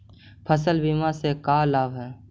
फसल बीमा से का लाभ है?